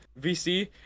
VC